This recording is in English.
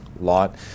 lot